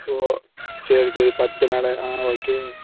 ஓ சரி சரி பத்து நாள் ஆ ஓகே